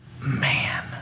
Man